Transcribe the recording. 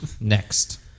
Next